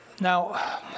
Now